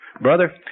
Brother